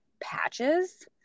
patches